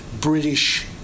British